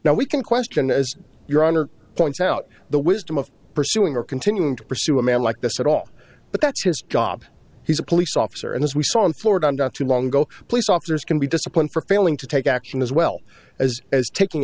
now we can question as your honor points out the wisdom of pursuing or continuing to pursue a man like this at all but that's his job he's a police officer and as we saw in florida too long ago police officers can be disciplined for failing to take action as well as as taking